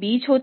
भी हैं